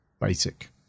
basic